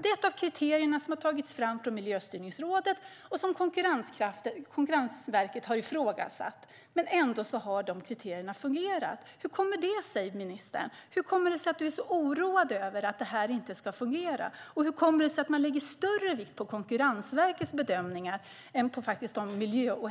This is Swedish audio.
Det är ett av kriterierna som har tagits fram från Miljöstyrningsrådet och som Konkurrensverket har ifrågasatt, men ändå har dessa kriterier fungerat. Hur kommer det sig, ministern? Hur kommer det sig att du är så oroad över att detta inte ska fungera? Hur kommer det sig att man lägger större vikt vid Konkurrensverkets bedömningar än på de miljö och